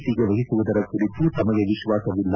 ಟಿಗೆ ವಹಿಸುವುದರ ಕುರಿತು ತಮಗೆ ವಿಶ್ವಾಸವಿಲ್ಲ